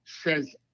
says